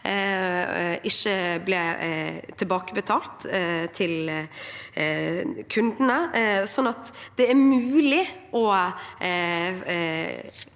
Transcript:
ikke ble tilbakebetalt til kundene. Så det er mulig å